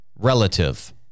relative